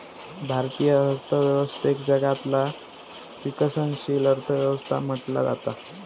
भारतीय अर्थव्यवस्थेक जगातला विकसनशील अर्थ व्यवस्था म्हटला जाता